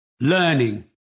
learning